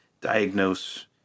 diagnose